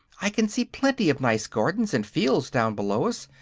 i can see plenty of nice gardens and fields down below us,